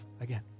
again